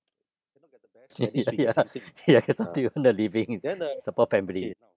ya ya get something to earn a living support family